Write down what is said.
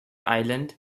island